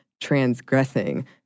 transgressing